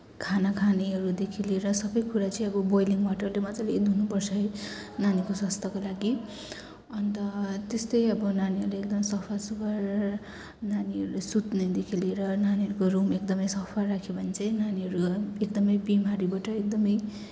खाना खानेहरूदेखि लिएर सबैकुरा चाहिँ अब बोइलिङ वाटरले मज्जाले धुनुपर्छ है नानीको स्वास्थ्यको लागि अन्त त्यस्तै अब नानीहरूलाई एकदम सफा सुग्घर नानीहरूले सुत्नेदेखि लिएर नानीहरूको रुम एकदमै सफा राख्यौँ भने चाहिँ नानीहरू एकदमै बिमारीबाट एकदमै